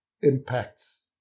impacts